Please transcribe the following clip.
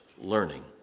learning